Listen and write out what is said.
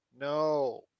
no